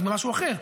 אז במשהו אחר.